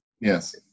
yes